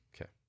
Okay